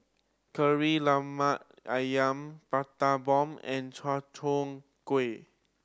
Kari Lemak Ayam Prata Bomb and chai tow kway